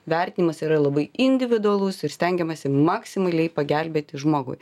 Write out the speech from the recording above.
vertinimas yra labai individualus ir stengiamasi maksimaliai pagelbėti žmogui